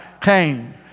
came